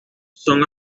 son